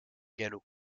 galop